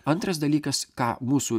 antras dalykas ką mūsų